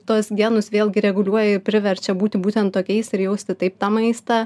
tuos genus vėlgi reguliuoja ir priverčia būti būtent tokiais ir jausti taip tą maistą